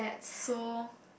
so